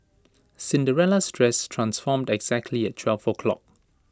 Cinderella's dress transformed exactly at twelve o'clock